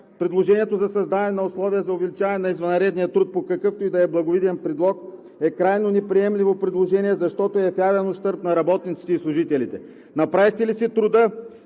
Предложението за създаване на условия за увеличаване на извънредния труд под какъвто и да е благовиден предлог е крайно неприемливо предложение, защото е в явен ущърб на работниците и служителите. Направихте ли си труда